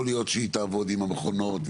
יכול להיות שהיא תעבוד עם המכונות,